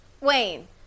Wayne